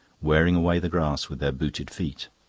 wearing away the grass with their booted feet.